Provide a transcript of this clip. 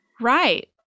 right